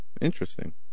Interesting